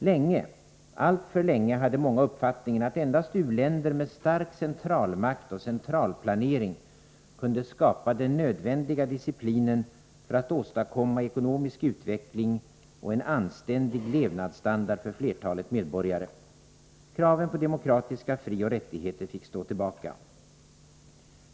Länge, alltför länge, hade många uppfattningen, att endast u-länder med stark centralmakt och centralplanering kunde skapa den nödvändiga disciplinen för att åstadkomma ekonomisk utveckling och en anständig levnadsstandard för flertalet medborgare. Kraven på demokratiska frioch rättigheter fick stå tillbaka.